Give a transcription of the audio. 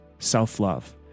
Self-love